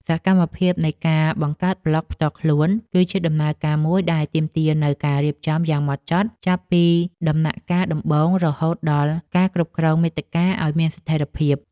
សកម្មភាពនៃការបង្កើតប្លក់ផ្ទាល់ខ្លួន គឺជាដំណើរការមួយដែលទាមទារនូវការរៀបចំយ៉ាងហ្មត់ចត់ ចាប់ពីដំណាក់កាលដំបូងរហូតដល់ការគ្រប់គ្រងមាតិកាឱ្យមានស្ថេរភាព។